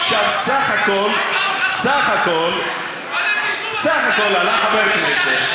עוד פעם חלומות, סך הכול, סך הכול עלה חבר כנסת.